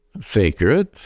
sacred